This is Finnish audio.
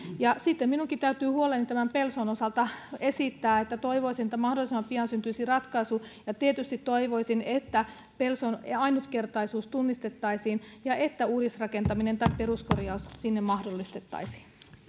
ja sitten minunkin täytyy esittää huoleni pelson osalta toivoisin että mahdollisimman pian syntyisi ratkaisu ja tietysti toivoisin että pelson ainutkertaisuus tunnistettaisiin ja että uudisrakentaminen tai peruskorjaus sinne mahdollistettaisiin